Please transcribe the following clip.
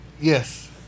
Yes